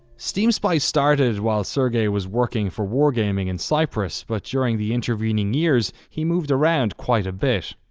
steam spy started while sergey was working for wargaming in cyprus, but during the intervening years he moved around quite a bit.